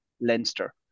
Leinster